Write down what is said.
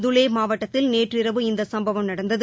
துலே மாவட்டத்தில் நேற்றிரவு இந்த சம்பவம் நடந்தது